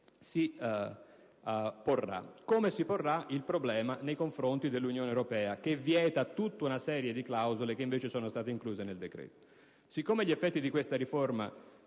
si porrà, come si porrà quello dei rapporti con l'Unione europea, che vieta tutta una serie di clausole che invece sono state incluse nel decreto. Siccome gli effetti di queste,